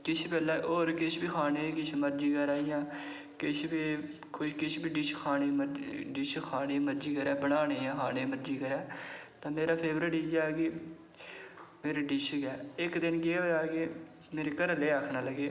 किश बेल्लै किश होर खानै दी मरज़ी करा दी जां किश बी कोई किश बी डिश खानी भी डिश खानै दी जां बनाने दी मरज़ी करै तां मेरा बी फेवरेट इयै कि मेरी डिश डअघएफ़ गै इक्क दिन केह् होया कि मेरे घरा आह्ले आक्खना लग्गे